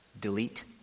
delete